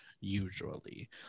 usually